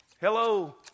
Hello